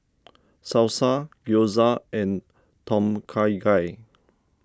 Salsa Gyoza and Tom Kha Gai